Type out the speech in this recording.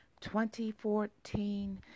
2014